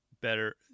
better